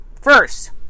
first